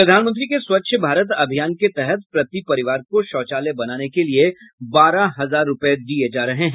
प्रधानमंत्री के स्वच्छ भारत अभियान के तहत प्रति परिवार को शौचालय बनाने के लिये बारह हजार रूपये दिये जा रहे हैं